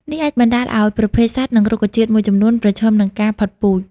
នេះអាចបណ្ដាលឲ្យប្រភេទសត្វ និងរុក្ខជាតិមួយចំនួនប្រឈមនឹងការផុតពូជ។